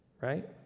right